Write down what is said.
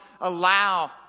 allow